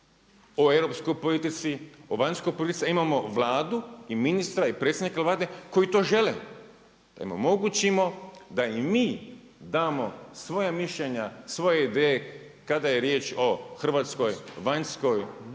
o europskoj politici, o vanjskoj politici a imamo Vladu i ministra i predsjednika Vlade koji to žele da im omogućimo da i mi damo svoja mišljenja, svoje ideje kada je riječ o hrvatskoj vanjskoj